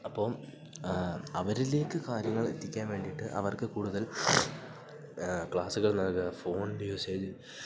അപ്പം അവരിലേക്ക് കാര്യങ്ങൾ എത്തിക്കാൻ വേണ്ടിയിട്ട് അവർക്ക് കൂടുതൽ ക്ലാസ്സുകൾ നൽകുക ഫോൺ യൂസേജ്